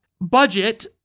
Budget